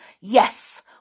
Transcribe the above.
Yes